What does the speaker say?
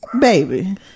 Baby